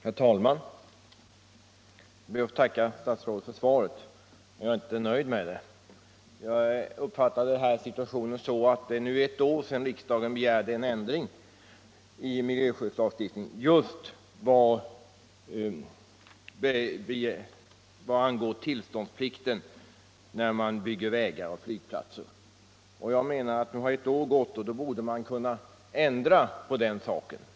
Herr talman! Jag ber att få tacka statsrådet för svaret, men jag är inte nöjd med det. Det är nu ett år sedan riksdagen begärde en ändring i miljöskyddslagstiftningen just vad angår tillståndsplikt för byggande av vägar och flygplatser. En sådan ändring borde därför kunnat ske nu.